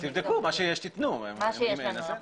אז תבדקו, מה שיש תתנו, אם אין אז אין.